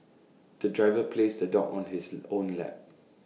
the driver placed the dog on his own lap